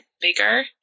bigger